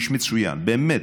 הוא איש מצוין, באמת.